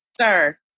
sir